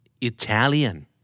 Italian